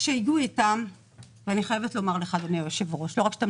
ואני חייבת לומר לך אדוני היושב ראש שלא רק שאתם